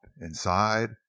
Inside